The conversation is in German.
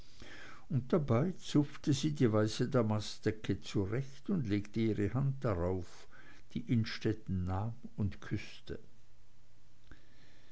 und dabei zupfte sie die weiße damastdecke zurecht und legte ihre hand darauf die innstetten nahm und küßte